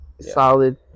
solid